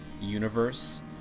universe